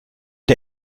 der